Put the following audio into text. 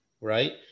right